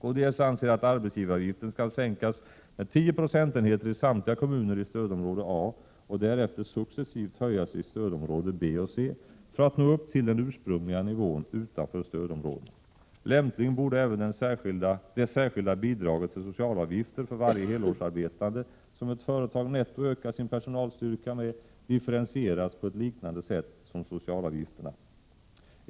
Kds anser att arbetsgivaravgiften skall sänkas med 10 procentenheter i samtliga kommuner i stödområde A och därefter successivt höjas i stödområdena B och C för att nå upp till den ursprungliga nivån utanför stödområdena. Även det särskilda bidrag för socialavgifter som det företag får som netto ökar sin personalstyrka borde lämpligen differentieras på ett liknande sätt som socialavgifterna.